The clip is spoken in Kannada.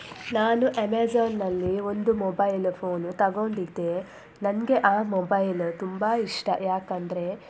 ನಾನು ಅಮೆಜಾನ್ನಲ್ಲಿ ಒಂದು ಮೊಬೈಲ್ ಫೋನು ತಗೊಂಡಿದ್ದೆ ನನಗೆ ಆ ಮೊಬೈಲ ತುಂಬ ಇಷ್ಟ ಯಾಕೆಂದರೆ